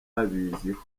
abiziho